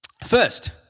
First